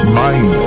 mind